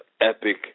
epic